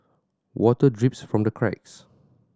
water drips from the cracks